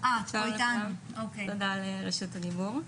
תודה על רשות הדיבור.